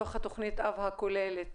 בתוך תוכנית האב הכוללת.